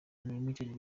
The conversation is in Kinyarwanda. unlimited